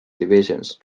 divisions